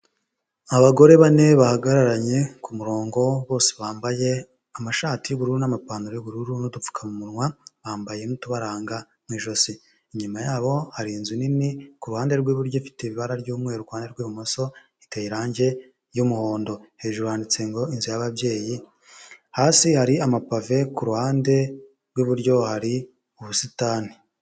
Abagore 4 bahagararanye kumurongo bose bambaye amashati y'ubururu n'amapantaro y'ubururu n'ydupfukamunwa bambaye n'utubaranga mu ijosi. Inyuma yabo hari inzu nini kuruhande rw'iburyo ifite ibara ry'umweru iruhande rw'ibumoso iteye irange ry'umuhondo. Hejuru yanditse ngo inzu yababyeyi hasi hari amapave kuruhande rwiburyo hari ubusitani.